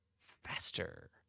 Faster